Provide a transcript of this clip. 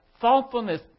thoughtfulness